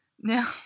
Now